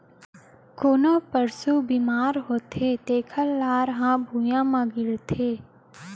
कोनों पसु बेमार होथे तेकर लार ह भुइयां म गिरथे